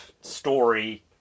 story